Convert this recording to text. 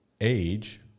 age